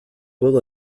will